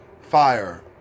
fire